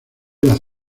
las